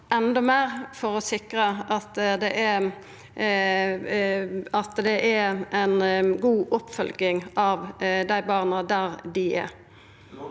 endå meir for å sikra at det er god oppfølging av dei barna der dei er.